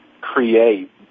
create